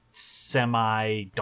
semi